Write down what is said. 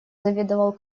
заведовал